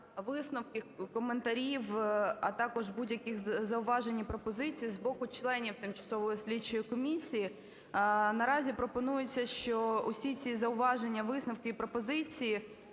висновків, коментарів, а також будь-яких зауважень і пропозицій з боку членів тимчасової слідчої комісії. Наразі пропонується, що усі ці зауваження, висновки і пропозиції